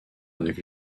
avec